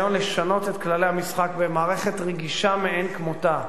ניסיון לשנות את כללי המשחק במערכת רגישה מאין כמותה,